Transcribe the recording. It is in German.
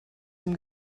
dem